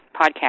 podcast